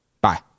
Bye